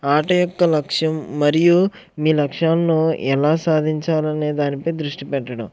ఆట యొక్క లక్ష్యం మరియు మీ లక్ష్యాలను ఎలా సాధించాలి అనేదానిపై దృష్టి పెట్టడం